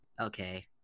okay